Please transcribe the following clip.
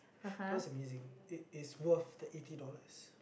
that was amazing it is worth the eighty dollars